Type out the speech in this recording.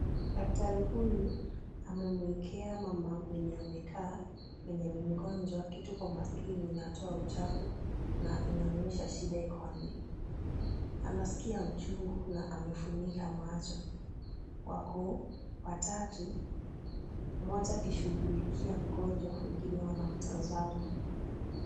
Daktari huyu amemwekea mama mwenye amekaa, mwenye ni mgonjwa kitu kwa masikio yenye inatoa uchafu na inaonyesha shida iko wapi. Anasikia uchungu na amefunika macho. Wako watatu, mmoja akishughulikia mgonjwa, wengine wanamtazama.